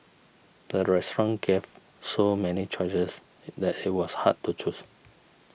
the restaurant gave so many choices that it was hard to choose